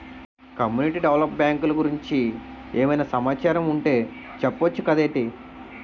community develop బ్యాంకులు గురించి ఏమైనా సమాచారం ఉంటె చెప్పొచ్చు కదేటి